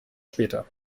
später